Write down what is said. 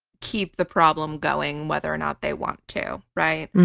keep the problem going whether or not they want to write.